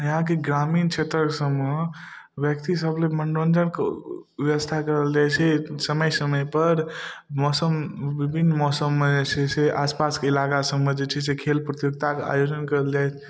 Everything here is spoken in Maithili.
हलाँकि ग्रामीण क्षेत्रसबमे व्यक्तिसबलए मनोरञ्जनके बेबस्था करल जाए छै समय समयपर मौसम विभिन्न मौसममे जे छै से आसपासके इलाकासबमे जे छै से खेल प्रतियोगिताके आयोजन करल जाए छै